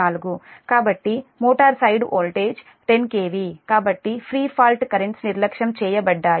కాబట్టి motor side voltage 10 KV కాబట్టి pre fault currents నిర్లక్ష్యం చేయబడ్డాయి